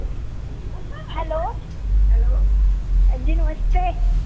hello हां जी नमस्ते